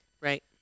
right